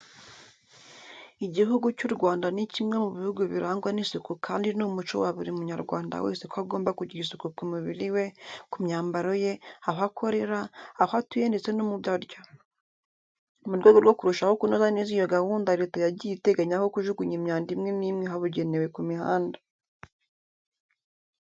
Igihugu cy'u Rwanda ni kimwe mu bihugu birangwa n'isuku kandi ni umuco wa buri munyarwanda wese ko agomba kugira isuku ku mubiri we, ku myambaro ye, aho akorera, aho atuye ndetse no mu byo arya. Mu rwego rwo kurushaho kunoza neza iyo gahunda Leta yagiye iteganya aho kujugunya imyanda imwe n'imwe habugenewe ku mihanda.